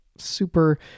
Super